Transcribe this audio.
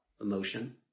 emotion